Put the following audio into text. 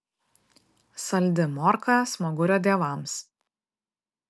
saldi morka smagurio dievams